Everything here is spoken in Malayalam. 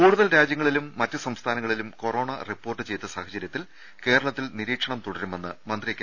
കൂടുതൽ രാജ്യങ്ങളിലും മറ്റു സംസ്ഥാനങ്ങളിലും കൊറോണ റിപ്പോർട്ട് ചെയ്ത സാഹചരൃത്തിൽ കേരളത്തിൽ നിരീക്ഷണം തുടരുമെന്ന് മന്ത്രി കെ